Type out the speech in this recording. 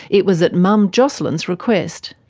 it was at mum jocelyn's request.